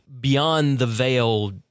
beyond-the-veil